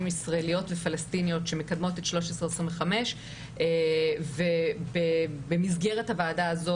ישראליות ופלשתיניות שמקדמות את 1325. במסגרת הוועדה הזאת,